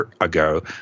ago